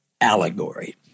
allegory